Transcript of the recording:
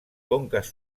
conques